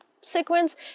sequence